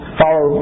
follow